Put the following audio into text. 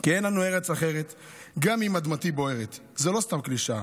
כי "אין לנו ארץ אחרת גם אם אדמתי בוערת" זו לא סתם קלישאה,